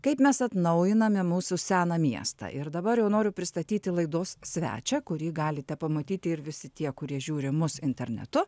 kaip mes atnaujiname mūsų seną miestą ir dabar jau noriu pristatyti laidos svečią kurį galite pamatyti ir visi tie kurie žiūri į mus internetu